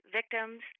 victims